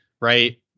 right